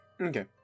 Okay